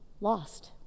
lost